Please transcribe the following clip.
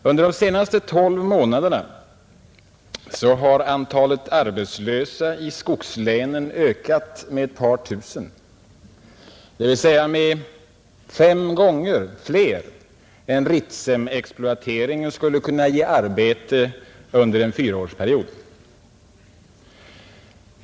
Under de senaste tolv månaderna har antalet arbetslösa i skogslänen ökat med ett par tusen, dvs. med fem gånger fler än exploateringen av Ritsem skulle kunna ge arbete under en fyraårsperiod.